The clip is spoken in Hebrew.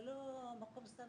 זה לא מקום סתם